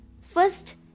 First